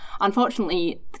Unfortunately